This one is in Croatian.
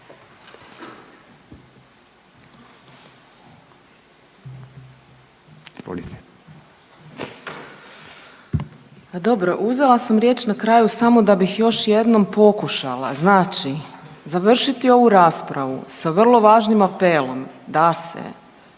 Dobro, uzela sam riječ na kraju samo da bih još jednom pokušala znači završiti ovu raspravu sa vrlo važnim apelom da se